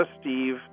Steve